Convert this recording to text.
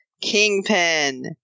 kingpin